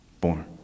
born